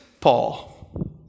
Paul